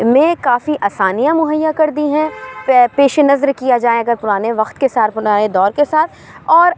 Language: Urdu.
میں کافی آسانیاں مہیا کر دی ہیں پے پیش نظر کیا جائے اگر پرانے وقت کے سار نئے دور کے ساتھ اور